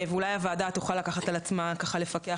אולי הוועדה תוכל לקחת על עצמה לפקח